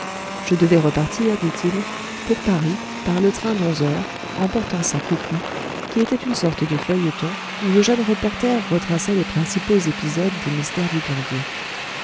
je devais repartir dit-il pour paris par le train d'onze heures emportant sa copie qui était une sorte de feuilleton où le jeune reporter retraçait les principaux épisodes des mystères du